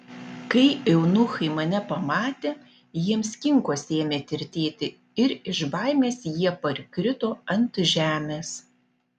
kai eunuchai mane pamatė jiems kinkos ėmė tirtėti ir iš baimės jie parkrito ant žemės